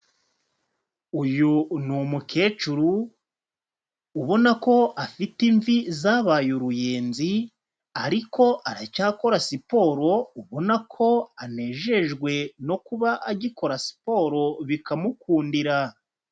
Uyu ni umukecuru ubona ko afite imvi zabaye uruyenzi ariko aracyakora siporo, ubona ko anejejwe no kuba agikora siporo bikamukundira.